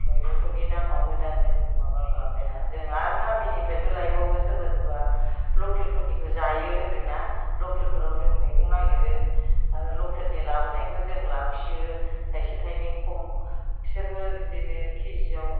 मैगंफोरनि दामाबो दा जों माबा खालामबाय ना जों आर गामिफ्रायबो लायबावयो सोरबा सोरबा लकेलफोरनिबो जायो होनो ना लकेलफ्राव जों मैगं नागिरो आर लकेलनि लाबोनायखौ जों लाखियो थाइसे थायनै खम बिसोरबो बिदिनो केजि आव